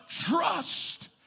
trust